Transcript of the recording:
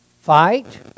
Fight